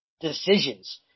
decisions